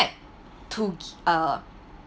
to uh